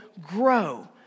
grow